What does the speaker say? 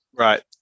Right